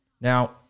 Now